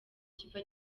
kiva